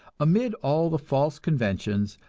amid all the false conventions,